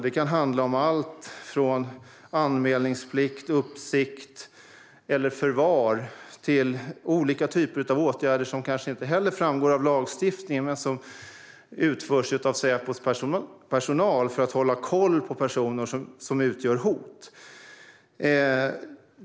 Det kan handla om alltifrån anmälningsplikt, uppsikt eller förvar till olika typer av åtgärder som kanske inte framgår av lagstiftningen men som genomförs av Säpos personal för att hålla koll på personer som utgör hot.